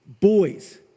boys